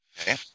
Okay